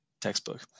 textbook